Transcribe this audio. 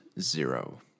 zero